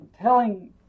telling